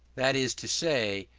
that is to say,